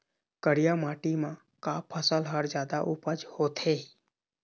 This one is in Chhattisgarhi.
करिया माटी म का फसल हर जादा उपज होथे ही?